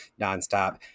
nonstop